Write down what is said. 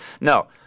No